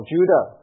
Judah